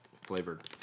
flavored